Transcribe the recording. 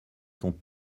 sont